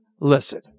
Listen